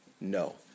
no